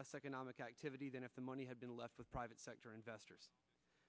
less economic activity than if the money had been left with private sector investors